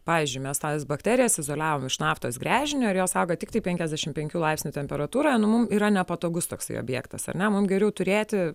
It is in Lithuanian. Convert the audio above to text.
pavyzdžiui mes tas bakterijas izoliavom iš naftos gręžinio ir jos auga tiktai penkiasdešim penkių laipsnių temperatūroje nu mum yra nepatogus toksai objektas ar ne mum geriau turėti